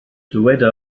dyweda